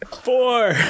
Four